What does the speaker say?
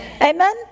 Amen